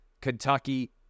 Kentucky